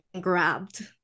grabbed